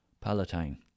Palatine